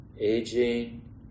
aging